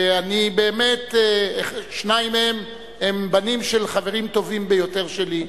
שבאמת שניים מהם הם בנים של חברים טובים ביותר שלי.